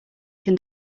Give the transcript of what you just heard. can